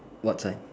what time